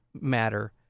matter